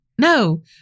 No